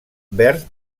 verd